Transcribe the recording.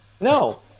No